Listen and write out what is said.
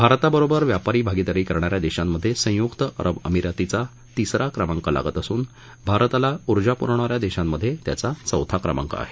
भारताबरोबर व्यापारी भागीदारी करणा या देशांमधे संयुक्त अरब अमिरातीचा तिसरा क्रमांक लागत असून भारताला ऊर्जा पुरवणा या देशांमधे त्याचा चौथा क्रमांक आहे